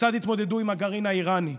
כיצד יתמודדו עם הגרעין האיראני,